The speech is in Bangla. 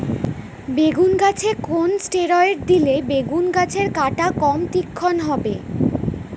বেগুন গাছে কোন ষ্টেরয়েড দিলে বেগু গাছের কাঁটা কম তীক্ষ্ন হবে?